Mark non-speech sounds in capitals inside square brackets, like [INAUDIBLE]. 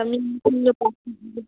[UNINTELLIGIBLE]